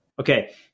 Okay